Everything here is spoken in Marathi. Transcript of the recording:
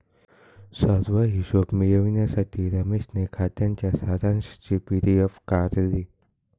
सर्व हिशोब मिळविण्यासाठी रमेशने खात्याच्या सारांशची पी.डी.एफ काढली